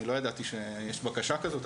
אני לא ידעתי שיש בקשה כזאת,